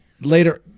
later